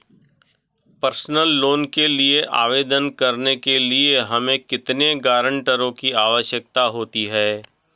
Personal loan के लिए आवेदन करने के लिए हमें कितने गारंटरों की आवश्यकता है?